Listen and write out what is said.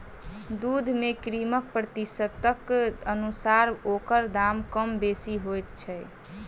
दूध मे क्रीमक प्रतिशतक अनुसार ओकर दाम कम बेसी होइत छै